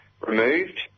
removed